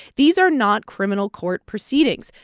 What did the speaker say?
these are not criminal court proceedings.